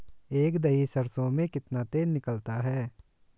एक दही सरसों में कितना तेल निकलता है?